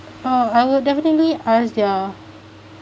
oh I would definitely ask their